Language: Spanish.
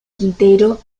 quintero